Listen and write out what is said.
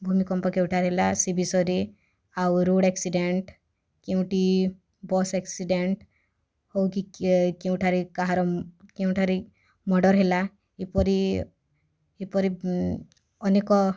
ଭୂମିକମ୍ପ କେଉଁଠାରେ ହେଲା ସେ ବିଷୟରେ ଆଉ ରୋଡ଼୍ ଆକ୍ସିଡ଼େଣ୍ଟ୍ କେଉଁଠି ବସ୍ ଆକ୍ସିଡ଼େଣ୍ଟ୍ ହଉ କି କିଏ କେଉଁଠାରେ କାହାର ଉଁ କେଉଁଠାରେ ମର୍ଡ଼ର୍ ହେଲା ଏପରି ଏପରି ଅନେକ